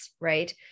Right